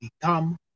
become